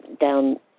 down